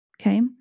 Okay